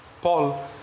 Paul